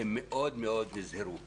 הם נזהרו מאוד.